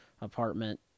apartment